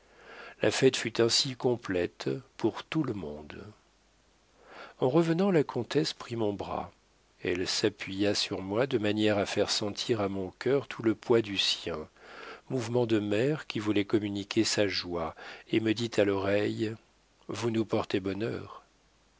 la fête fut ainsi complète pour tout le monde en revenant la comtesse prit mon bras elle s'appuya sur moi de manière à faire sentir à mon cœur tout le poids du sien mouvement de mère qui voulait communiquer sa joie et me dit à l'oreille vous nous portez bonheur